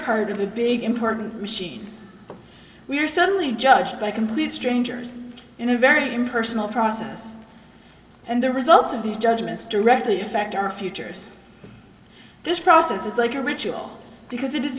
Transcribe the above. part of a big important machine we are suddenly judged by complete strangers in a very impersonal process and the results of these judgments directly affect our futures this process is like a ritual because it is